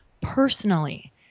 personally